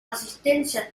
asistencia